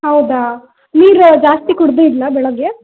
ಹೌದಾ ನೀರು ಜಾಸ್ತಿ ಕುಡಿದಿದ್ಲಾ ಬೆಳಗ್ಗೆ